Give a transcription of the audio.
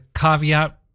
caveat